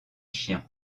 chien